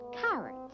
carrots